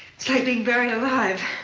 it's like being buried alive.